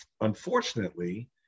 unfortunately